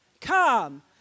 come